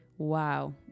Wow